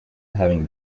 having